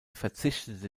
verzichtete